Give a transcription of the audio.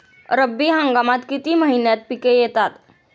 रब्बी हंगामात किती महिन्यांत पिके येतात?